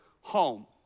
home